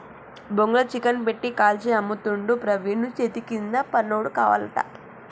బొంగుల చికెన్ పెట్టి కాల్చి అమ్ముతుండు ప్రవీణు చేతికింద పనోడు కావాలట